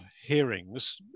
hearings